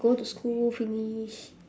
go to school finish